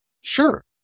Sure